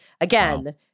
again